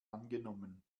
angenommen